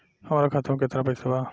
हमरा खाता मे केतना पैसा बा?